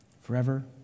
forever